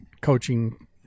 coaching